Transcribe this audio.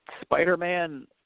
Spider-Man